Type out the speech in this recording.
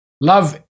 Love